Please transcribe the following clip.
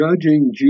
judging